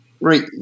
Right